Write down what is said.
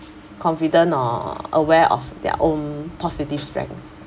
confident or aware of their own positive strength